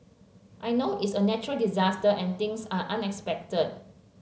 I know it's a natural disaster and things are unexpected